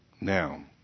Now